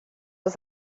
oes